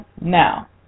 Now